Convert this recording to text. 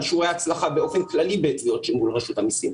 על שיעורי ההצלחה באופן כללי בתביעות מול רשות המיסים.